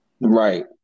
Right